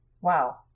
Wow